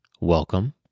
Welcome